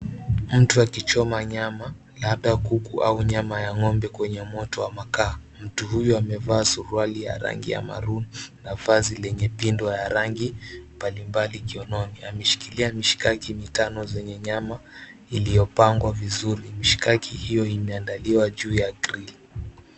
Mtu akichoma nyama , labda kuku ama ya ng'ombe kwenye moto wa makaa. Mtu huyu amevaa suruali ya rangi ya maroon na vazi lenye pindo ya rangi mbalimbali akionekana ameshikilia mishikaki mitano zenye nyama iliyopangwa vizuri. Mishikaki hiyo imeandaliwa juu ya grill .